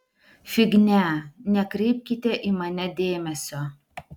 fignia nekreipkite į mane dėmesio